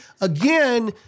again